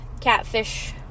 catfish